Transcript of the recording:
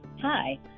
Hi